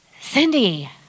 Cindy